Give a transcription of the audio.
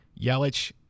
Yelich